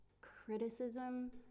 criticism